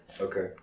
Okay